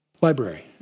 library